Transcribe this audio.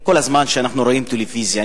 שכל הזמן כשאנחנו רואים טלוויזיה,